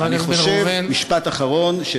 משפט אחרון.